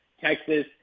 Texas